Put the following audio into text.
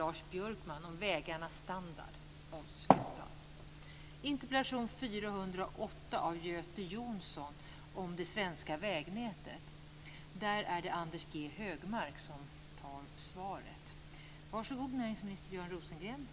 Den behöver få del av detta, för där har vi stora problem. Det är inte någonting att sticka under stol med.